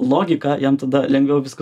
logiką jam tada lengviau viską